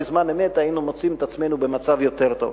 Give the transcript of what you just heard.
בזמן אמת היינו מוצאים את עצמנו במצב יותר טוב.